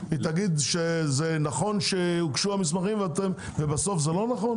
תגיד שנכון שהוגשו המסמכים ובסוף זה לא נכון?